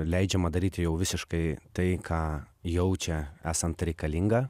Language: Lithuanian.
leidžiama daryti jau visiškai tai ką jaučia esant reikalinga